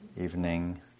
evening